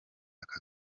aka